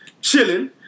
chilling